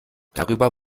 darüber